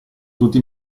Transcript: tutti